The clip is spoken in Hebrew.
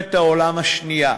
מלחמת העולם השנייה.